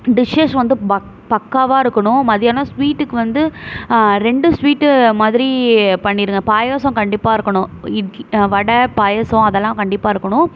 dishes வந்து பக்காவாக இருக்கணும் மதியானம் ஸ்வீட்டுக்கு வந்து ரெண்டு ஸ்வீட்டு மாதிரி பண்ணிடுங்க பாயாசம் கண்டிப்பாக இருக்கணும் வடை பாயசம் அதெல்லாம் கண்டிப்பாக இருக்கணும்